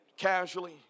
casually